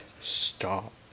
Stop